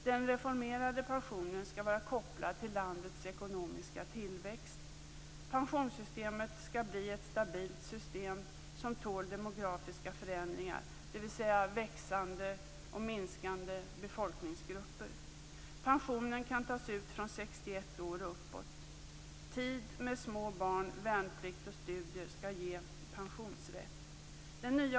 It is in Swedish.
Den reformerade pensionen skall vara kopplad till landets ekonomiska tillväxt. 4. Pensionssystemet skall bli ett stabilt system som tål demografiska förändringar, dvs. växande och minskande befolkningsgrupper. 6. Tid med små barn, värnplikt och studier skall ge pensionsrätt.